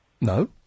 No